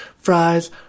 Fries